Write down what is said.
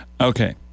Okay